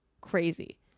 crazy